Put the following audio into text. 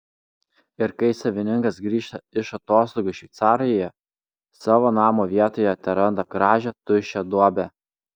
ir kai savininkas grįžta iš atostogų šveicarijoje savo namo vietoje teranda gražią tuščią duobę